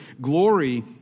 glory